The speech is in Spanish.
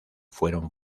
fueron